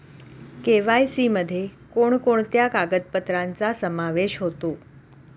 KYC मध्ये कोणकोणत्या कागदपत्रांचा समावेश होतो?